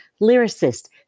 lyricist